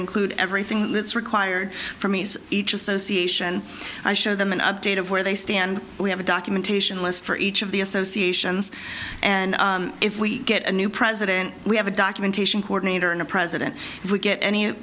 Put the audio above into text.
include everything that's required for me each association i show them an update of where they stand we have a documentation list for each of the associations and if we get a new president we have a documentation coordinator and a president if we get any